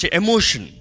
emotion